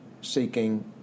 seeking